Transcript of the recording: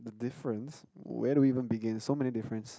the difference where do we even begin so many difference